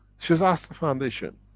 she's asked the foundation,